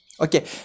okay